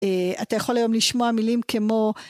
אתה יכול היום לשמוע מילים כמו